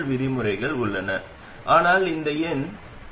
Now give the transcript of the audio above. மற்றும் வெளியீடு எதிர்ப்பு என்ன அது VTESTITEST gmrdsR1rdsR1 விகிதம் ஆகும்